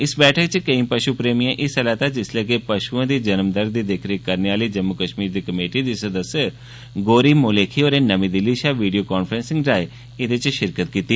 इस बैठक च केई पष्ट प्रेमिएं हिस्सा लैता जिसलै के पष्टुएं दी जन्म दर दी दिक्ख रिक्ख करने आह्ली जम्मू कष्मीर दी कमेटी दी सदस्य गौरी मौलेखी होरें नर्मी दिल्ली षा वीडियो कांफ्रेंस राएं एह्दे च षिरकत कीती